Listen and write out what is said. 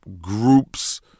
groups